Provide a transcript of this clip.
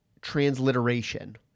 transliteration